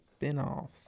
Spinoffs